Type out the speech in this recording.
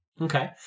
Okay